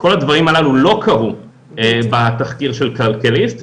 כל הדברים הללו לא קרו בתחקיר של כלכליסט,